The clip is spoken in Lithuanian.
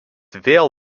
vėl